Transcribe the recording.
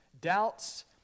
doubts